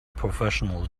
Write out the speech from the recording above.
professional